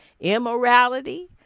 immorality